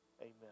Amen